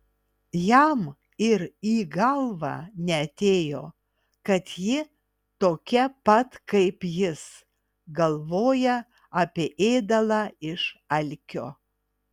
jam ir į galvą neatėjo kad ji tokia pat kaip jis galvoja apie ėdalą iš alkio